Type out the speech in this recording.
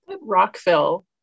Rockville